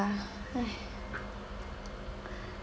!hais!